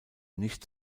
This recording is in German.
nicht